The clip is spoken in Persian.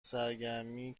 سرگرمی